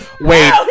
Wait